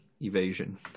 evasion